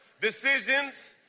decisions